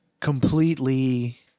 completely